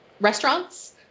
restaurants